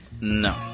No